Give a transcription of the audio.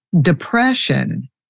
Depression